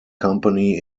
company